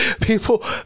People